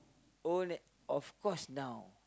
oh ne~ of course now